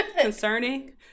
Concerning